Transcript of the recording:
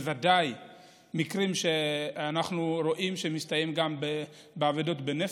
בוודאי מקרים שאנחנו רואים שמסתיימים באבדות בנפש.